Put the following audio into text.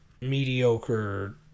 mediocre